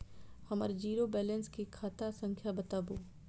हमर zero balance के खाता संख्या बतबु?